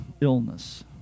illness